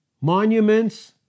Monuments